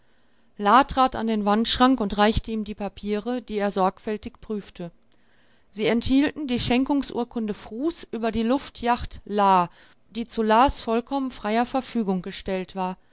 trat an den wandschrank und reichte ihm die papiere die er sorgfältig prüfte sie enthielten die schenkungsurkunde frus über die luftyacht la die zu las vollkommen freier verfügung gestellt war